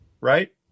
Right